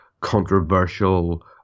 controversial